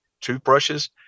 toothbrushes